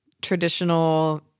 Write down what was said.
traditional